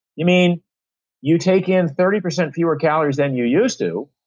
you mean you take in thirty percent fewer calories than you used to?